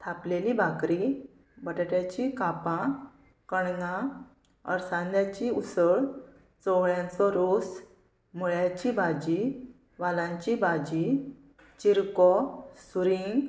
थापलेली भाकरी बटाट्याची कापां कणगां अरसांद्याची उसळ चवळ्यांचो रोस मुळ्याची भाजी वालांची भाजी चिरको सुरींग